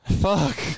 Fuck